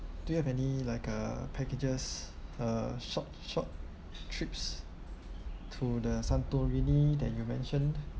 do you have any like uh packages uh short short trips to the santorini that you mentioned